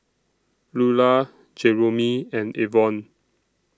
Lular Jeromy and Avon